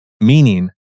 Meaning